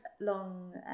long